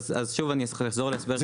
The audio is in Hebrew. שוב אני אחזור על ההסבר,